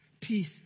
Peace